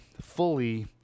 fully